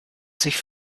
sich